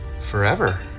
forever